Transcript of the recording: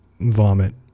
vomit